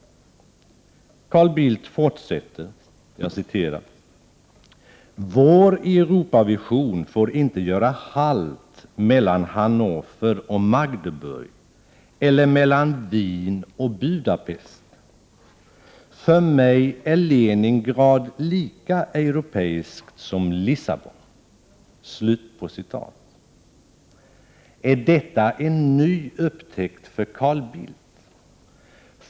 Carl Bildt fortsätter: ”Vår Europa-vision får inte göra halt mellan Hannover och Magdeburg eller mellan Wien och Budapest. För mig är Leningrad lika europeiskt som Lissabon.” Är detta en ny upptäckt för Carl Bildt?